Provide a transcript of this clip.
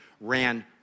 ran